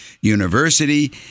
University